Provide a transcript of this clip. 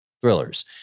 thrillers